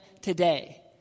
today